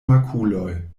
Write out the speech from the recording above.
makuloj